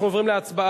אנחנו עוברים להצבעה